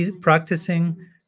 practicing